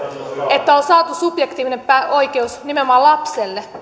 että on saatu subjektiivinen oikeus nimenomaan lapselle